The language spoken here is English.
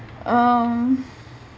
um